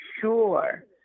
sure